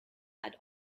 had